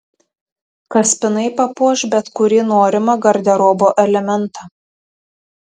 kaspinai papuoš bet kurį norimą garderobo elementą